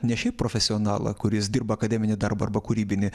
ne šiaip profesionalą kuris dirba akademinį darbą arba kūrybinį